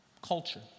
culture